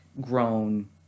grown